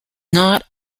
not